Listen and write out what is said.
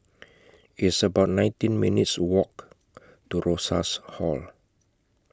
It's about nineteen minutes' Walk to Rosas Hall